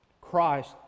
Christ